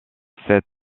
sept